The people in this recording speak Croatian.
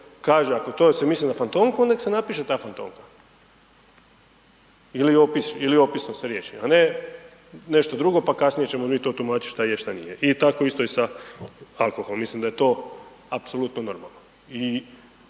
kaže, ako to se misli na fantomku nek se napiše ta fantomka ili opis, ili opisno se riješi, a ne nešto drugo, pa kasnije ćemo mi to tumačit šta je, šta nije i tako isto i sa alkoholom, mislim da je to apsolutno normalno